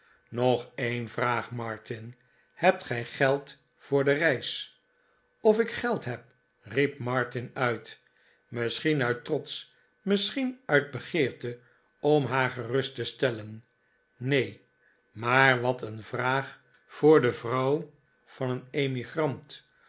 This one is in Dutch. nog een vraag martin hebt gij geld voor de reis of ik geld heb riep martin uit misschien uit trots misschien uit begeerte om haar gerust te stellen neen maar wat een vraag voor de vrouw van een